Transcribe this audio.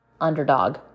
Underdog